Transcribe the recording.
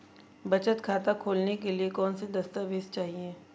बचत खाता खोलने के लिए कौनसे दस्तावेज़ चाहिए?